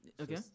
Okay